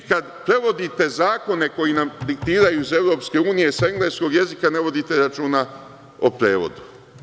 Vi kada prevodite zakone koje nam diktiraju iz EU, sa engleskog jezika, ne vodite računa o prevodu.